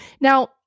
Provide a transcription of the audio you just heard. Now